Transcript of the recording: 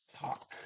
talk